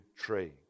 tree